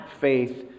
faith